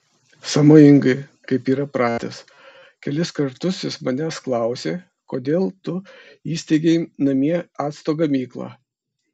sąmojingai kaip yra pratęs kelis kartus jis manęs klausė kodėl tu įsteigei namie acto gamyklą